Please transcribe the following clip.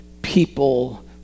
People